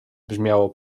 brzmiało